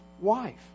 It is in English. wife